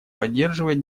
поддерживает